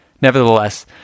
Nevertheless